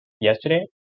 yesterday